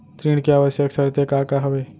ऋण के आवश्यक शर्तें का का हवे?